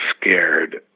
scared